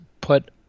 put